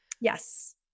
Yes